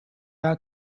out